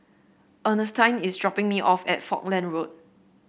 Earnestine is dropping me off at Falkland Road